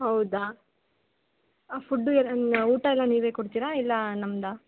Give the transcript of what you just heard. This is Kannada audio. ಹೌದಾ ಫುಡ್ಡು ಎಲ್ಲ ಊಟ ಎಲ್ಲ ನೀವೇ ಕೊಡ್ತೀರಾ ಇಲ್ಲ ನಮ್ಮದಾ